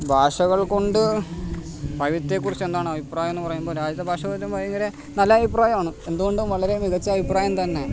ഭാഷകൾകൊണ്ട് വൈവിധ്യത്തെക്കുറിച്ച് എന്താണ് അഭിപ്രായം എന്നു പറയുമ്പോൾ രാജ്യഭാഷ പിന്നെ ഭയങ്കര നല്ല അഭിപ്രായമാണ് എന്തുകൊണ്ടും വളരെ മികച്ച അഭിപ്രായം തന്നെ